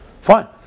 Fine